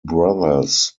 brothers